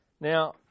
Now